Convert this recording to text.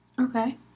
Okay